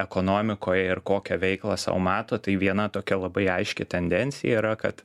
ekonomikoje ir kokią veiklą sau mato tai viena tokia labai aiški tendencija yra kad